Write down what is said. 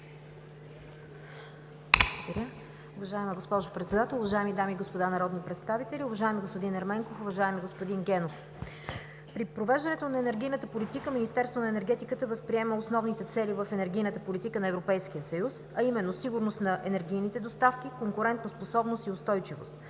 ПЕТКОВА: Госпожо председател, уважаеми дами и господа народни представители, уважаеми господин Ерменков, уважаеми господин Генов! При провеждането на енергийната политика Министерството на енергетиката възприема основните цели в енергийната политика на Европейския съюз, а именно сигурност на енергийните доставки, конкурентоспособност и устойчивост.